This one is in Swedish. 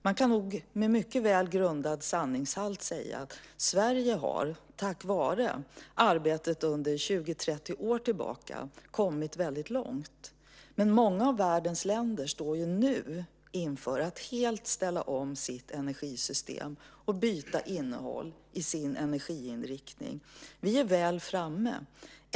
Man kan nog med mycket väl grundad sanningshalt säga att Sverige har, tack vare arbetet under 20-30 år tillbaka, kommit väldigt långt. Många av världens länder står nu inför att helt ställa om sitt energisystem och byta innehåll i sin energiinriktning. Vi är väl framme.